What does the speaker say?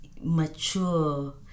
mature